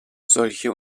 solche